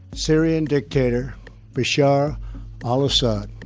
syrian dictator bashar al-assad.